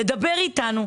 לדבר איתנו,